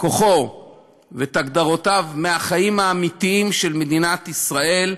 כוחו ואת הגדרותיו מהחיים האמיתיים של מדינת ישראל.